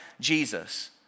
Jesus